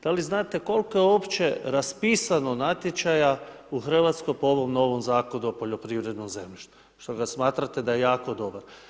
Da li znate koliko je uopće raspisano natječaja u Hrvatskoj po ovom novom Zakonu o poljoprivrednom zemljištu što ga smatrate da je jako dobar?